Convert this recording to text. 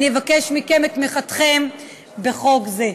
אני אבקש מכם את תמיכתכם בחוק זה.